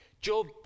Job